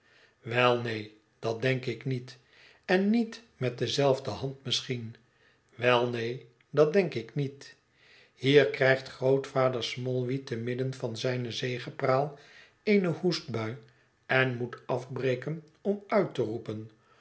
wel neen dat denk ik niet en niet met dezelfde hand misschien wel neen dat denk ik niet hier krijgt grootvader smallweed te midden van zijne zegepraal eene hoestbui en moet afbreken om uit te roepen